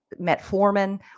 metformin